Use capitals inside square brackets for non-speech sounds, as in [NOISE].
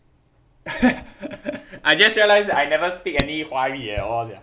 [LAUGHS] I just realized that I never speak any 华语 at all sia